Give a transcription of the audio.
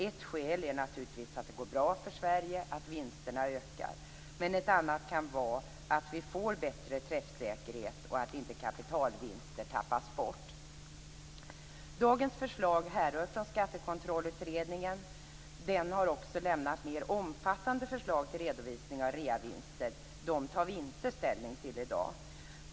Ett skäl är naturligtvis att det går bra för Sverige och att vinsterna ökar. Men ett annat kan vara att vi får bättre träffsäkerhet och att inte kapitalvinster tappas bort. Dagens förslag härrör från Skattekontrollutredningen. Den har också lämnat mer omfattande förslag till redovisning av reavinster. De tar vi inte ställning till i dag.